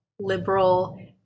liberal